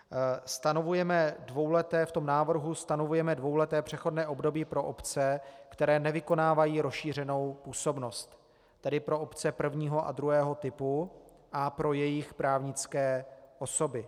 V návrhu stanovujeme dvouleté přechodné období pro obce, které nevykonávají rozšířenou působnost, tedy pro obce prvního a druhého typu a pro jejich právnické osoby.